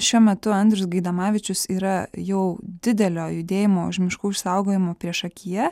šiuo metu andrius gaidamavičius yra jau didelio judėjimo už miškų išsaugojimą priešakyje